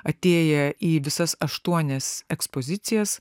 atėję į visas aštuonias ekspozicijas